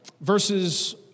verses